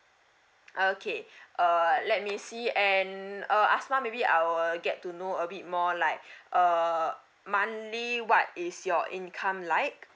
okay uh let me see and uh asmah maybe I will get to know a bit more like uh monthly what is your income like